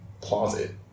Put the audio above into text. closet